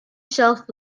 shelf